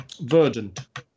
verdant